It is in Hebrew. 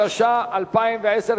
התש"ע 2010,